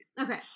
Okay